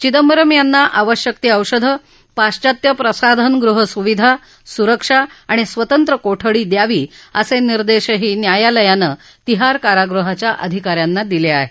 चिदंबरम यांना आवश्यक ती औषधं पाश्वात्य प्रसाधनगृह सुविधा सुरक्षा आणि स्वतंत्र कोठडी द्यावी असे निर्देशही न्यायालयानं तिहार कारागृहाच्या अधिका यांना दिले आहेत